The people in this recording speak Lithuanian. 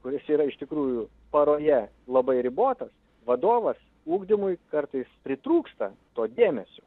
kuris yra iš tikrųjų paroje labai ribotas vadovas ugdymui kartais pritrūksta to dėmesio